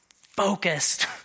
focused